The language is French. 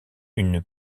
une